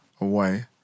away